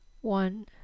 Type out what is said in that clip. one